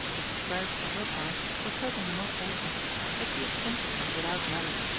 mrs. spragg, for her part, was certainly not delicate but she was simple and without malice,